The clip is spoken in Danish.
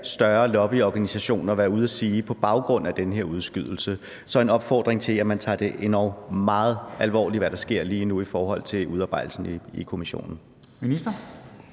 større lobbyorganisationer være ude at sige på baggrund af den her udskydelse. Så det er en opfordring til, at man tager det endog meget alvorligt, hvad der sker lige nu i forhold til udarbejdelsen i Kommissionen.